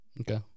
Okay